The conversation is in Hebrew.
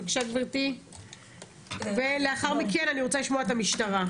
בבקשה גברתי ולאחר מכן, אני רוצה לשמוע את המשטרה.